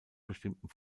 bestimmten